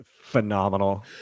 phenomenal